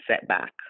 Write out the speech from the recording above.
setback